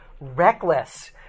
Reckless